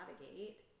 navigate